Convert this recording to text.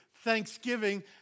thanksgiving